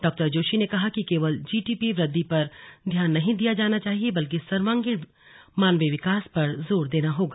डॉ जोशी ने कहा कि केवल जीडीपी वृद्धि पर ध्यान नहीं दिया जाना चाहिए बल्कि सर्वांगीण मानवीय विकास पर जोर देना होगा